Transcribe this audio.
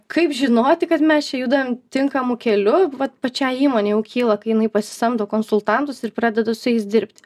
kaip žinoti kad mes čia judam tinkamu keliu vat pačiai įmonei jau kyla kai jinai pasisamdo konsultantus ir pradeda su jais dirbti